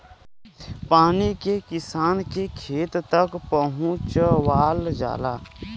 पानी के किसान के खेत तक पहुंचवाल जाला